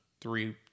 three